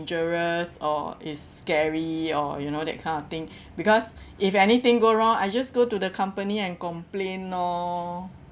dangerous or is scary or you know that kind of thing because if anything go wrong I just go to the company and complain lor